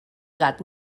gat